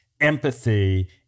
empathy